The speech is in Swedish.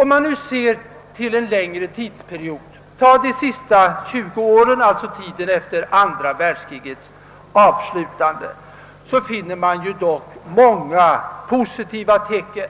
Om man nu ser på en längre tidsperiod — de sista tjugo åren, d. v. s. tiden efter andra världskrigets avslutande — så finner man dock många positiva tecken.